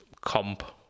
Comp